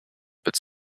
but